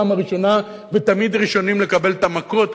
הראשונה ותמיד ראשונים לקבל את המכות,